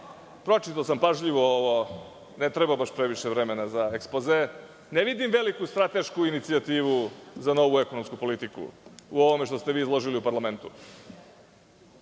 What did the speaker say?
pročitao sam pažljivo ovo. Ne treba baš previše vremena za ekspoze. Ne vidim veliku stratešku inicijativu za novu ekonomsku politiku u ovom što ste vi izložili u parlamentu. Gospodin